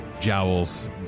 jowls